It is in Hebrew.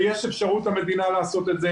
ויש אפשרות למדינה לעשות את זה.